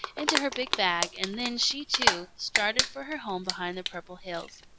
into her big bag, and then she, too, started for her home behind the purple hills.